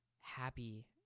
happy